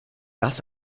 das